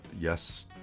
Yes